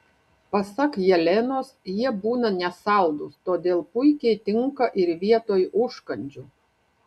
pasak jelenos jie būna nesaldūs todėl puikiai tinka ir vietoj užkandžių